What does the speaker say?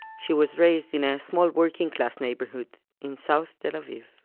she was raised in a small, working-class neighborhood in south tel aviv